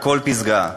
לכל פסגה.